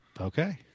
Okay